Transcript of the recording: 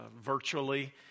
virtually